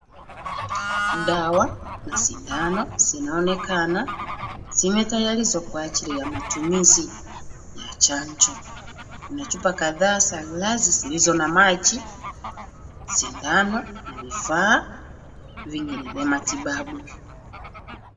Dawa na sindano zinaonekana zimetayarishwa kwa ajili ya matumizi ya chanjo kuna chupa kadhaa za glasi zilizo na maji, sindano na vifaa vingine vya matibabu.